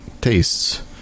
tastes